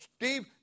Steve